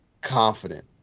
confident